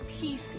peace